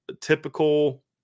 typical